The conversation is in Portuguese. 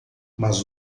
mas